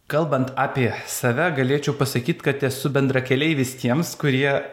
kalbant apie save galėčiau pasakyt kad esu bendrakeleivis tiems kurie